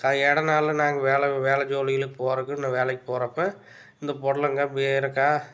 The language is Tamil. காய் இடனால நாங்கள் வேலை வேலை ஜோலியில போறதுக்குன்னு வேலைக்கு போகிறப்ப இந்த புடலங்கா பேரிக்காய்